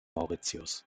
mauritius